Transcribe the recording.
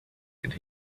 could